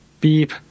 beep